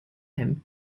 him